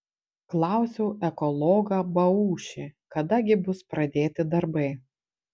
klausiau ekologą baušį kada gi bus pradėti darbai